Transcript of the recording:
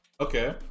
Okay